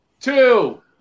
two